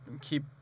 keep